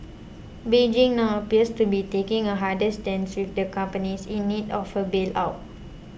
Beijing now appears to be taking a harder stance with the companies in need of a bail out